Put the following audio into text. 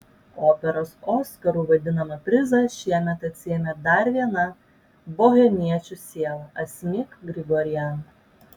operos oskaru vadinamą prizą šiemet atsiėmė dar viena bohemiečių siela asmik grigorian